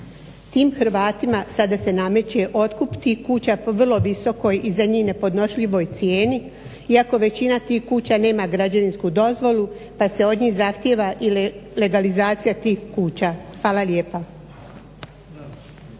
Tim Hrvatima sada se nameće otkup tih kuća po vrlo visokoj i za njih nepodnošljivoj cijeni iako većina tih kuća nema građevinsku dozvolu pa se od njih zahtjeva i legalizacija tih kuća. Hvala lijepa.